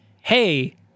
hey